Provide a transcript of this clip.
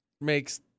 makes